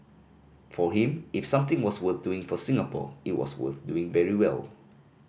for him if something was worth doing for Singapore it was worth doing very well